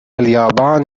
اليابان